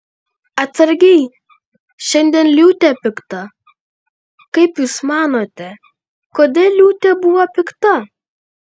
atsargiai šiandien liūtė pikta kaip jūs manote kodėl liūtė buvo pikta